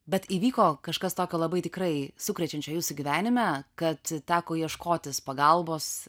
bet įvyko kažkas tokio labai tikrai sukrečiančio jūsų gyvenime kad teko ieškotis pagalbos